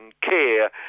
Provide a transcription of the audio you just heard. care